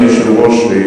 אדוני היושב-ראש,